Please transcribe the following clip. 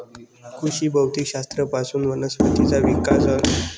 कृषी भौतिक शास्त्र पासून वनस्पतींचा विकास, अनुवांशिक गुणधर्म इ चा माहिती भेटते